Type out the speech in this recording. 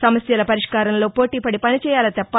సమస్యల పరిష్కారంలో పోటీపడి పనిచేయాలే తప్ప